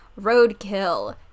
roadkill